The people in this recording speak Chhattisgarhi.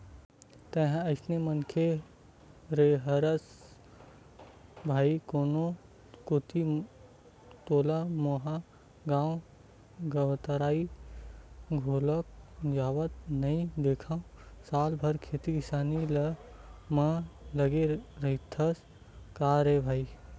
तेंहा कइसे मनखे हरस रे भई कोनो कोती तोला मेंहा गांव गवतरई घलोक जावत नइ देंखव साल भर खेती किसानी म लगे रहिथस का रे भई?